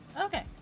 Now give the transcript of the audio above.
Okay